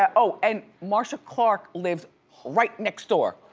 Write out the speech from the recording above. ah oh and marcia clark lives right next door,